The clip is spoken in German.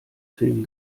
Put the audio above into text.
film